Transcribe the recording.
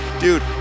dude